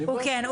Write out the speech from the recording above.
הוא כן,